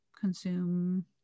consume